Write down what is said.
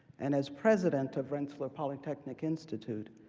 and as president of rensselaer polytechnic institute,